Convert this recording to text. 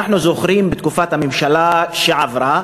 אנחנו זוכרים בתקופת הממשלה שעברה,